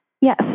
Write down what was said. Yes